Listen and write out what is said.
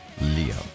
leo